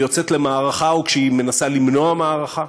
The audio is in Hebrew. יוצאת למערכה או כשהיא מנסה למנוע מערכה.